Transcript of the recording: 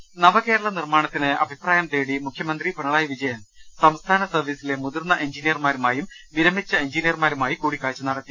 ് നവകേരള നിർമ്മാണത്തിന് അഭിപ്രായം തേടി മുഖ്യമന്ത്രി പിണ റായി വിജയൻ സംസ്ഥാന സർവീസിലെ മുതിർന്ന എഞ്ചിനിയർമാരും വിര ന മിച്ച എഞ്ചിനിയർമാരുമായി കൂടിക്കാഴ്ച നടത്തി